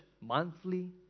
monthly